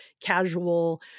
casual